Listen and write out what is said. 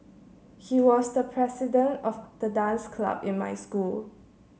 he was the president of the dance club in my school